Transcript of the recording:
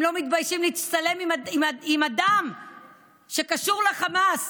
הם לא מתביישים להצטלם עם אדם שקשור לחמאס.